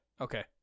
Okay